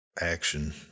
action